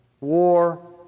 war